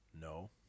No